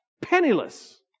penniless